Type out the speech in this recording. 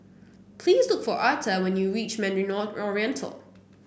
please look for Arta when you reach Mandarin Oriental